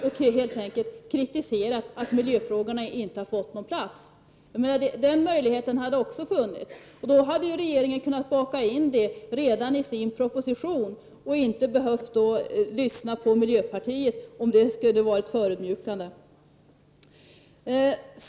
De har helt enkel kritiserat att miljöfrågorna inte har fått plats. Den möjligheten hade också funnits. Då hade regeringen kunnat baka in dessa förslag redan i sin proposition och inte behövt lyssna på miljöpartiet, om nu detta skulle vara förödmjukande.